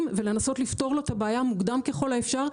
ולנסות לפתור לו את הבעיה מוקדם ככל האפשר.